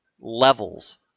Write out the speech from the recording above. levels